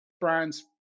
brands